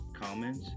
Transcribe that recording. comments